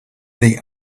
they